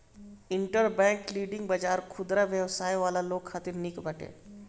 interbank lending बाजार खुदरा व्यवसाय वाला लोग खातिर निक बाटे